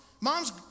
moms